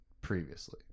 previously